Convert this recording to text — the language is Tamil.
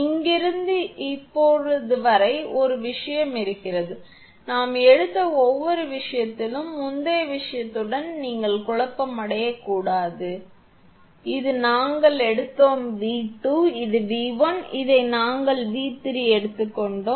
இங்கிருந்து இப்போது வரை ஒரு விஷயம் இருக்கிறது நாம் எடுத்த ஒவ்வொரு விஷயத்திலும் முந்தைய விஷயத்துடன் நீங்கள் குழப்பமடையக்கூடாது 𝑉1 இது நாங்கள் எடுத்தோம் 𝑉2 இதை நாங்கள் எடுத்துக்கொண்டோம்